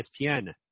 ESPN